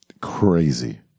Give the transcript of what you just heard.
crazy